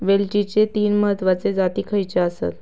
वेलचीचे तीन महत्वाचे जाती खयचे आसत?